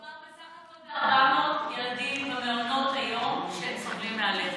מדובר בסך הכול ב-400 ילדים במעונות היום שסובלים מאלרגיה.